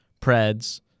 Preds